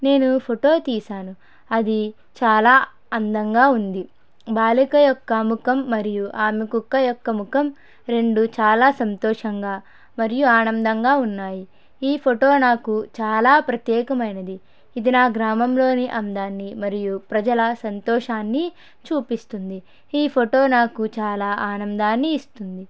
నేను ఫోటో తీసాను అది చాలా అందంగా ఉంది బాలిక యొక్క మఖం మరియు కుక్క యొక్క మఖం రెండూ చాలా సంతోషంగా మరియు ఆనందంగా ఉన్నాయి ఈ ఫోటో నాకు చాలా ప్రత్యేకమైనది ఇది నా గ్రామంలోని అందాన్ని మరియు ప్రజల సంతోషాన్ని చూపిస్తుంది ఈ ఫోటో నాకు చాలా ఆనందాన్ని ఇస్తుంది